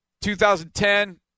2010